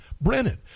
Brennan